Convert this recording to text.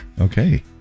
Okay